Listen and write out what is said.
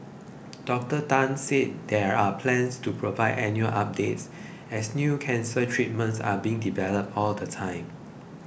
Doctor Tan said there are plans to provide annual updates as new cancer treatments are being developed all the time